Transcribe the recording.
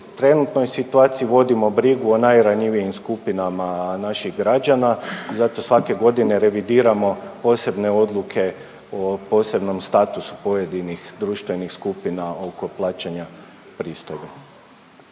u trenutnoj situaciji vodimo brigu o najranjivijim skupinama naših građana, zato svake godine revidiramo posebne odluke o posebnom statusu pojedinih društvenih skupina oko plaćanja pristojbe.